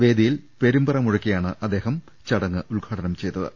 വേദിയിലിരിക്കെ പെരുമ്പറ മുഴക്കിയാണ് അദ്ദേഹം ചടങ്ങ് ഉദ്ഘാടനം ചെയ്തത്